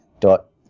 dot